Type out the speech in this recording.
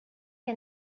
que